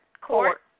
Court